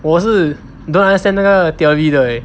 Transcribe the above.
我是 don't understand 那个 theory 的 leh